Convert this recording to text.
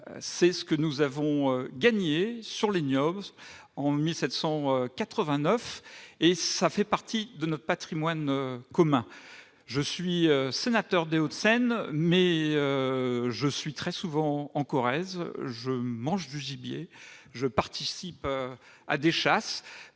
Nous l'avons gagnée sur les nobles en 1789, et elle fait partie de notre patrimoine commun. Je suis sénateur des Hauts-de-Seine, mais je me rends très souvent en Corrèze ; je mange du gibier ; je participe à des chasses,